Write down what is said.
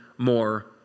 more